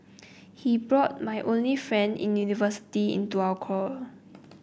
he brought my only friend in university into our quarrel